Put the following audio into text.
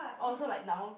orh so like now